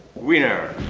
winner!